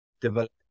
develop